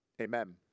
amen